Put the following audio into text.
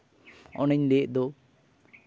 ᱚᱱᱮᱧ ᱞᱟᱹᱭᱮᱜ ᱫᱚ